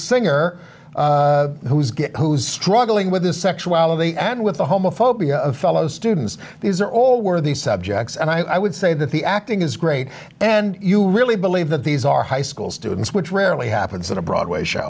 singer who's good who's struggling with his sexuality and with the homophobia of fellow students these are all worthy subjects and i would say that the acting is great and you really believe that these are high school students which rarely happens in a broadway show